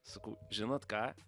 sakau žinot ką